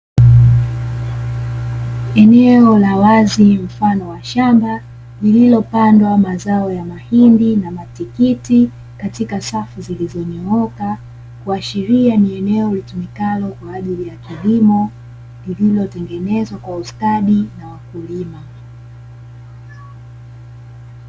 Eneo la wazi mfano wa shamba lililopandwa mazao ya mahindi na matikiti katika safu zilizonyooka, kuashiria ni eneo litumikalo kwaajili ya kilimo lililotengenezwa kwa ustadi na wakulima.